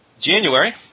January